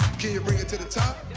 can you bring it to the top?